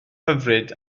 hyfryd